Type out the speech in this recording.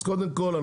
אז קודם כול,